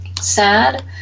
sad